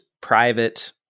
private